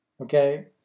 okay